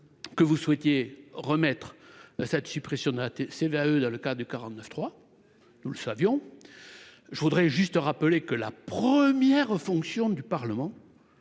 que vous souhaitiez remettre suppression de c'est eux, dans le cas du 49 3, nous le savions, je voudrais juste rappeler que la première fonction du Parlement,